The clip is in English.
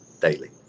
daily